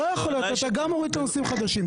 אתה גם מוריד את הנושאים החדשים,